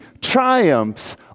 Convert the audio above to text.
triumphs